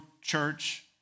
church